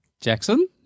Jackson